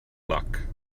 luck